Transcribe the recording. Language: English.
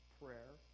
prayer